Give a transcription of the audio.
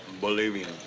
Bolivian